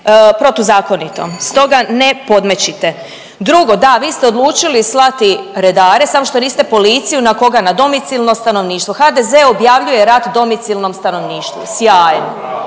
protuzakonito, stoga ne podmećite. Drugo, da vi ste odlučili slati redare samo što niste policiju. Na koga? Na domicilno stanovništvo. HDZ objavljuje rat domicilnom stanovništvu. Sjajno.